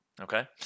Okay